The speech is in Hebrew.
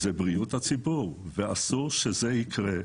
זוהי בריאות הציבור, ואסור שזה יקרה.